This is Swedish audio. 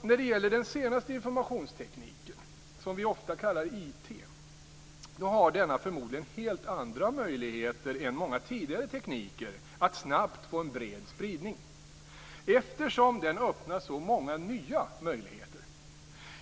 När det gäller den senaste informationstekniken, som vi ofta kallar IT, har denna förmodligen helt andra möjligheter än många tidigare tekniker att snabbt få en bred spridning eftersom den öppnar så många nya möjligheter.